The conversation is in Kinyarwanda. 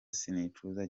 sinicuza